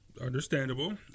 Understandable